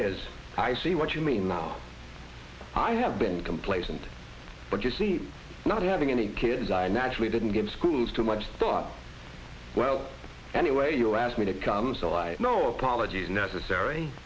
is i see what you mean now i have been complacent but you see not having any kids i naturally didn't give schools too much thought well anyway you asked me to come so i no apologies necessary